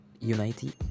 unity